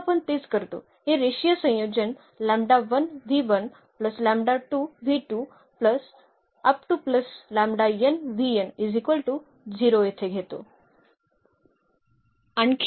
तर आपल्याकडे n 1 हा आयाम आहे